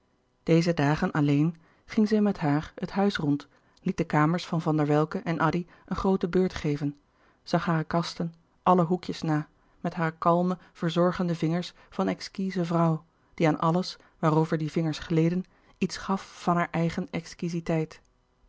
deze dagen alleen ging zij met haar het huis rond liet de kamers van van der welcke en addy een groote beurt geven zag hare kasten alle hoekjes na met hare kalme verzorgende vingers van exquize vrouw die aan alles waarover die vingers gleden iets gaf van haar eigen